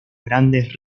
grandes